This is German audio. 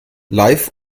live